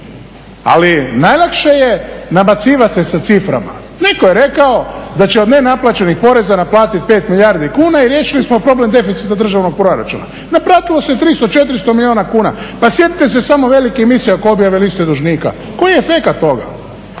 Ali najlakše je nabacivat se sa ciframa. Netko je rekao da će od nenaplaćenih poreza naplatit 5 milijardi kuna i riješili smo problem deficita državnog proračuna. Naplatilo se 300-400 milijuna kuna. Pa sjetite se samo velikih … oko objave liste dužnika. Koji je efekat toga?